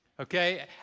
Okay